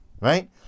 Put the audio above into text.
Right